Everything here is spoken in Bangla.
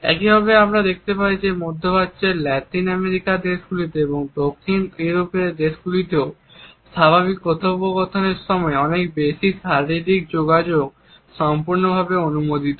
একইভাবে আমরা দেখতে পাই যে মধ্যপ্রাচ্যের লাতিন আমেরিকার দেশগুলিতে এবং দক্ষিণ ইউরোপীয় দেশগুলিতেও স্বাভাবিক কথোপকথনের সময় অনেক বেশি শারীরিক যোগাযোগ সম্পূর্ণরূপে অনুমোদিত